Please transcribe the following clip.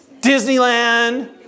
Disneyland